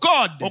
God